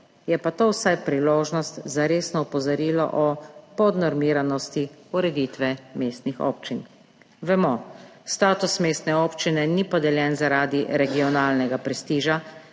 je pa to vsaj priložnost za resno opozorilo o podnormiranosti ureditve mestnih občin. Vemo, da status mestne občine ni podeljen zaradi regionalnega prestiža,